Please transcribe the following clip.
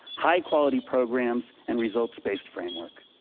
high quality programs and results based framework.